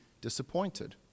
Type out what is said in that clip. disappointed